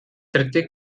dritte